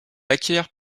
acquiert